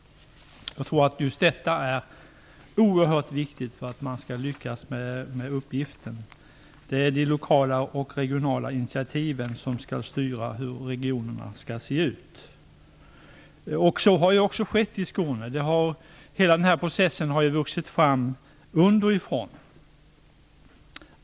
Jag tror att just detta är oerhört viktigt för att man skall lyckas med uppgiften. Det är de lokala och regionala initiativen som skall styra hur regionerna skall se ut. Så har också skett i Skåne. Hela den här processen har vuxit fram underifrån.